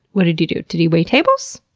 what did he do? did he wait tables?